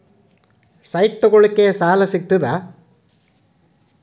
Site ತಗೋಳಿಕ್ಕೆ ಸಾಲಾ ಸಿಗ್ತದಾ?